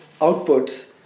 outputs